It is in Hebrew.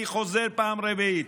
אני חוזר בפעם הרביעית.